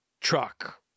truck